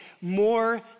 more